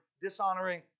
dishonoring